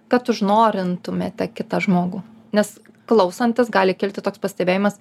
kad užnorintumėte kitą žmogų nes klausantis gali kilti toks pastebėjimas